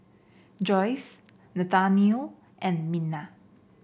Joyce Nathanael and Minna